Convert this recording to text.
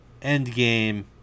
Endgame